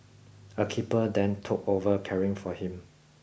a keeper then took over caring for him